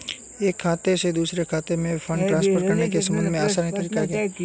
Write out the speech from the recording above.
एक खाते से दूसरे खाते में फंड ट्रांसफर करने का सबसे आसान तरीका क्या है?